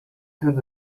through